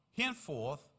Henceforth